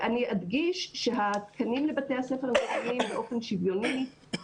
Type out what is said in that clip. אני אדגיש שהתקנים לבתי הספר ניתנים באופן שוויוני